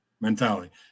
mentality